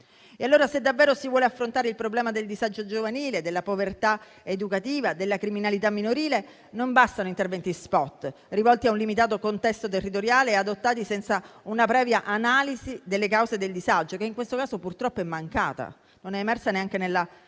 Allora, se davvero si vuole affrontare il problema del disagio giovanile, della povertà educativa e della criminalità minorile, non bastano interventi *spot* rivolti a un limitato contesto territoriale e adottati senza una previa analisi delle cause del disagio, che in questo caso, purtroppo, è mancata (non è emersa neanche nell'attività